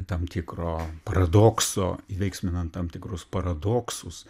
tam tikro paradokso įveiksminant tam tikrus paradoksus